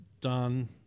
done